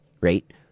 right